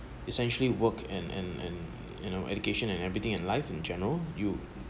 essentially work and and and you know education and everything in life in general you